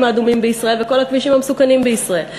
האדומים בישראל וכל הכבישים המסוכנים בישראל.